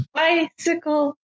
bicycle